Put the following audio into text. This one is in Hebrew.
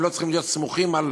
והם לא צריכים להיות סמוכים על